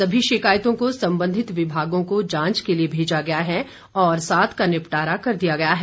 सभी शिकायतों को संबंधित विभागों को जांच के लिए भेजा गया है और सात का निपटारा कर दिया गया है